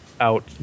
Out